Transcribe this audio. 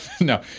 No